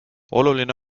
oluline